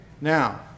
Now